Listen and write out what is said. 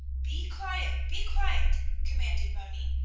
be quiet! be quiet! commanded moni,